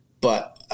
but-